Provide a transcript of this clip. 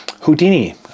Houdini